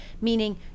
Meaning